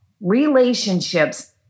relationships